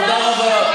תודה רבה.